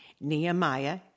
Nehemiah